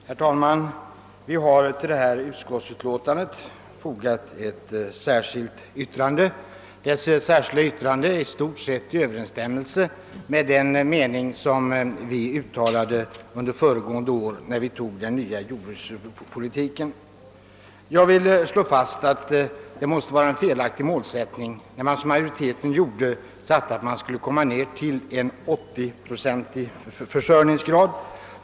Herr talman! Vi har från borgerligt håll vid förevarande utskottsutlåtande fogat ett särskilt yttrande, som står i överensstämmelse med den mening vi föregående år uttalade i samband med att den nya jordbrukspolitiken antogs. Jag vill slå fast att det måste vara en felaktig målsättning att, såsom majoriteten då gjorde, uttala att man skulle komma ned till en 80-procentig försörjningsgrad.